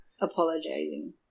apologizing